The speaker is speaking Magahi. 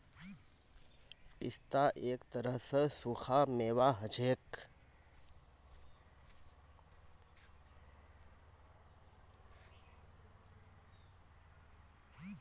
पिस्ता एक तरह स सूखा मेवा हछेक